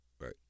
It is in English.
right